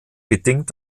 bedingt